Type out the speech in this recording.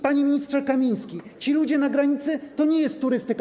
Panie ministrze Kamiński, ci ludzie na granicy to nie jest turystyka.